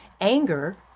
anger